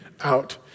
out